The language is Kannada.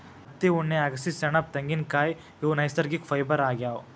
ಹತ್ತಿ ಉಣ್ಣೆ ಅಗಸಿ ಸೆಣಬ್ ತೆಂಗಿನ್ಕಾಯ್ ಇವ್ ನೈಸರ್ಗಿಕ್ ಫೈಬರ್ ಆಗ್ಯಾವ್